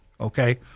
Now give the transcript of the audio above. Okay